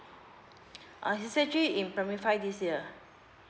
uh he actually in primary five this year